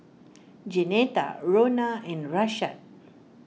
Jeanetta Rhona and Rashad